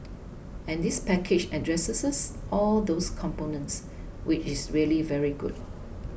and this package addresses all those components which is really very good